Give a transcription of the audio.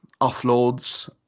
offloads